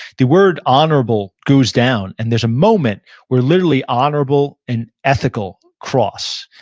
the word honorable goes down, and there's a moment where literally, honorable and ethical cross,